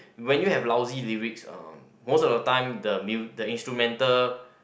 when you have lousy lyrics uh most of the time the mu~ the instrumental